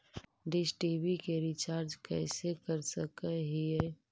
Dish TV के recharge कैसे कर सक हिय?